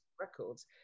Records